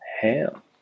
Ham